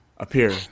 Appear